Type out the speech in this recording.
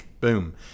boom